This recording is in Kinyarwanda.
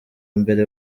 mbere